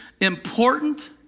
important